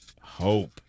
hope